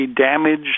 damaged